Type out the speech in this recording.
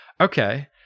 Okay